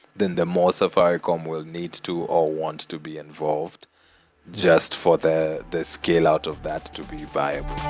then the more safaricom will need to or want to be involved just for the the scale out of that to be viable.